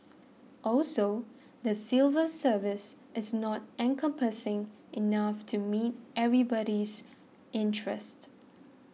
also the civil service is not encompassing enough to meet everybody's interest